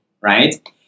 right